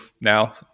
now